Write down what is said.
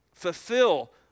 fulfill